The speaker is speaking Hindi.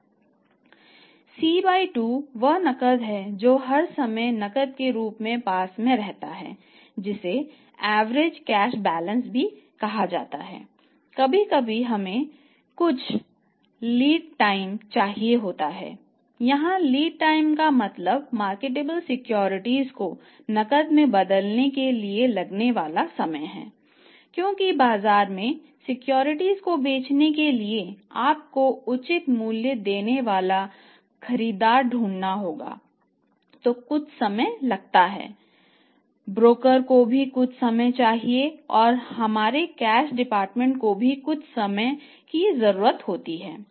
C2 वह नकद है जो हर समय नकद के रूप में पास में रहता है इसे एवरेज कैश बैलेंस की अवधारणा है